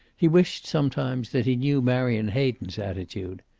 he wished, sometimes, that he knew marion hayden's attitude.